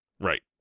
Right